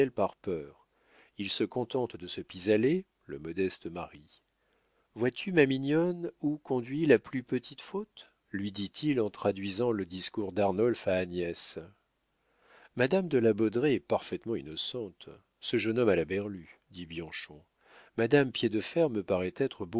par peur il se contente de ce pis-aller le modeste mari vois-tu ma mignonne où conduit la plus petite faute lui dit-il en traduisant le discours d'arnolphe à agnès madame de la baudraye est parfaitement innocente ce jeune homme a la berlue dit bianchon madame piédefer me paraît être